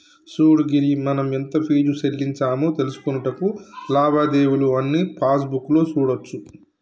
సూడు గిరి మనం ఎంత ఫీజు సెల్లించామో తెలుసుకొనుటకు లావాదేవీలు అన్నీ పాస్బుక్ లో సూడోచ్చు